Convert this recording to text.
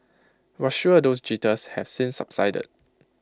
we're sure those jitters have since subsided